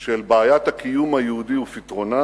של בעיית הקיום היהודי ופתרונה,